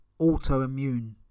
autoimmune